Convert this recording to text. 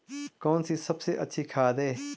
कौन सी सबसे अच्छी खाद है?